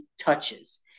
touches